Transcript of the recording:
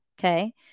okay